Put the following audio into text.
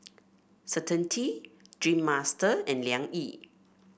Certainty Dreamster and Liang Yi